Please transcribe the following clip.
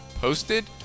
posted